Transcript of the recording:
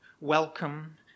Welcome